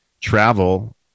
travel